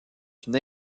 une